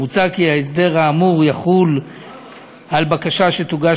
מוצע כי ההסדר האמור יחול על בקשה שתוגש